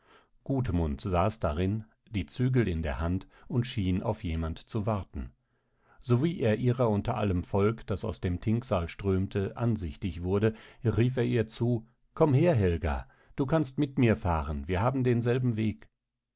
freitreppe gudmund saß darin die zügel in der hand und schien auf jemand zu warten sowie er ihrer unter allem volk das aus dem thingsaal strömte ansichtig wurde rief er ihr zu komm her helga du kannst mit mir fahren wir haben denselben weg